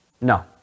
No